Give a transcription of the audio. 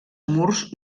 murs